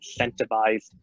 incentivized